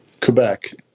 Quebec